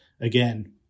again